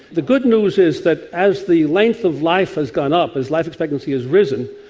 the good news is that as the length of life has gone up, as life expectancy has risen,